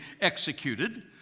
executed